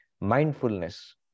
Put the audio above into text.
mindfulness